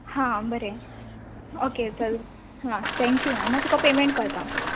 आं बरें ओके चल आं थेंक यू मागीर तुका पेमेंट करता चल